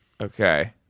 Okay